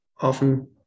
often